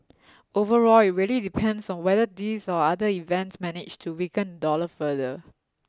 overall it really depends on whether these or other events manage to weaken the dollar further